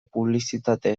publizitate